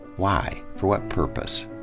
why, for what purpose?